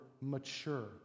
mature